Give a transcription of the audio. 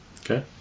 Okay